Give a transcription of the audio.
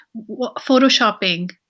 photoshopping